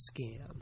scam